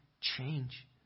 change